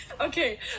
Okay